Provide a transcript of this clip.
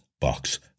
box